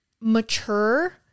mature